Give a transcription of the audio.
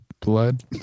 blood